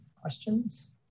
questions